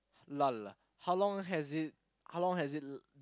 lull how long has it how long has it